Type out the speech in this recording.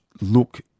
look